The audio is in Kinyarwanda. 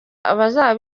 abazaba